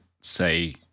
say